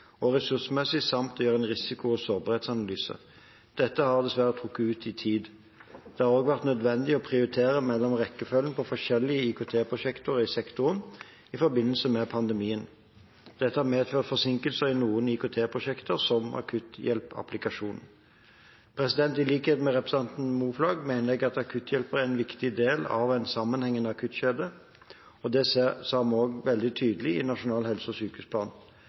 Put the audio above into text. og ressursmessig, samt å gjøre en risiko- og sårbarhetsanalyse. Dette har dessverre trukket ut i tid. Det har også vært nødvendig å prioritere mellom rekkefølgen på forskjellige IKT-prosjekter i sektoren i forbindelse med pandemien. Dette har medført forsinkelser i noen IKT-prosjekter, som akutthjelperapplikasjonen. I likhet med representanten Moflag mener jeg at akutthjelpere er en viktig del av en sammenhengende akuttkjede. Det sa vi også veldig tydelig i Nasjonal helse- og sykehusplan.